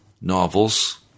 novels